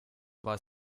war